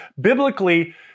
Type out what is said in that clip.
Biblically